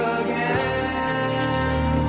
again